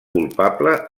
culpable